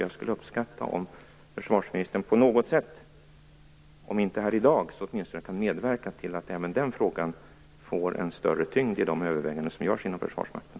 Jag skulle uppskatta om försvarsministern - om han inte kan agera här i dag - åtminstone kan medverka till att den frågan får en större tyngd i de överväganden som görs inom Försvarsmakten.